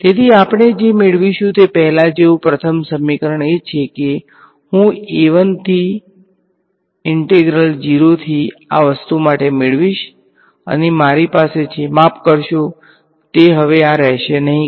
તેથી આપણે જે મેળવીશું તે પહેલા જેવું પ્રથમ સમીકરણ એ છે કે હું થી ઈંટેગ્રલ 0 થી આ વસ્તુ માટે મેળવીશ અને મારી પાસે છે માફ કરશો તે હવે આ રહેશે નહીં